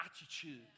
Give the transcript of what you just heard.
attitude